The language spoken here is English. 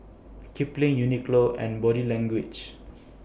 Kipling Uniqlo and Body Language